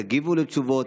תגיבו לתשובות,